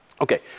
Okay